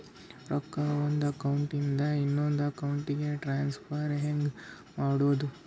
ರೊಕ್ಕ ಒಂದು ಅಕೌಂಟ್ ಇಂದ ಇನ್ನೊಂದು ಅಕೌಂಟಿಗೆ ಟ್ರಾನ್ಸ್ಫರ್ ಹೆಂಗ್ ಮಾಡೋದು?